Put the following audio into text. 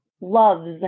loves